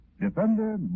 Defender